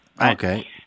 Okay